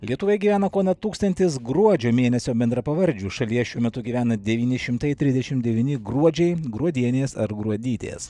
lietuvoje gyvena kone tūkstantis gruodžio mėnesio bendrapavardžių šalyje šiuo metu gyvena devyni šimtai trisdešim devyni gruodžiai gruodienės ar gruodytės